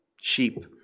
sheep